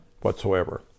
whatsoever